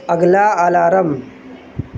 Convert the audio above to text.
اگلا الارم